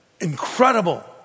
incredible